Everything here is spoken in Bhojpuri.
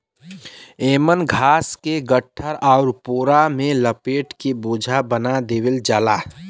एमन घास के गट्ठर आउर पोरा में लपेट के बोझा बना देवल जाला